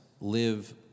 live